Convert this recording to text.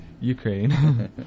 Ukraine